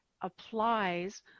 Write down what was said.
applies